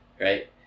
right